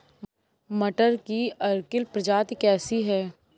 मटर की अर्किल प्रजाति कैसी है?